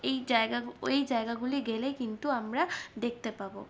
এই জায়গা ওই জায়গাগুলি গেলে কিন্তু আমরা দেখতে পাবো